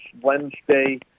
Wednesday